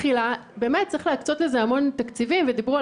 באמת צריך להקצות להפרעות אכילה המון תקציבים ודיברו על